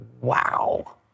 wow